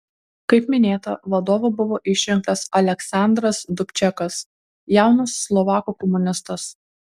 kaip minėta vadovu buvo išrinktas aleksandras dubčekas jaunas slovakų komunistas